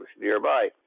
nearby